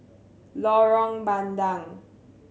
Lorong Bandang